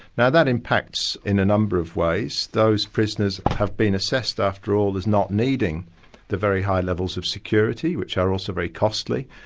now that impacts in a number of ways. those prisoners have been assessed after all, as not needing the very high levels of security which are also very costly,